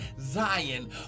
zion